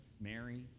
Mary